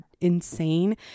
insane